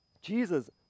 Jesus